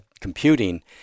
computing